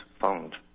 found